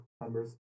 members